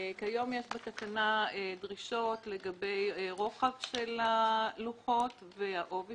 כיום יש בתקנה דרישות לגבי רוחב הלוחות והעובי